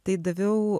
tai daviau